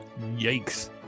Yikes